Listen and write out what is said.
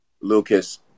Lucas